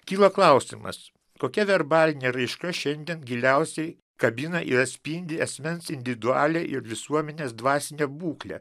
kyla klausimas kokia verbalinė raiška šiandien giliausiai kabina ir atspindi asmens individualią ir visuomenės dvasinę būklę